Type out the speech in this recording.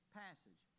passage